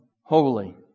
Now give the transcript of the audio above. holy